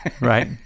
right